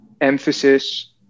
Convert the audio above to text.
emphasis